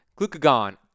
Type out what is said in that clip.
glucagon